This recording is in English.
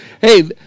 Hey